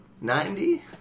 Ninety